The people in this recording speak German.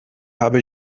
habe